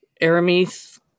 Aramis